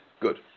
Good